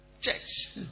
church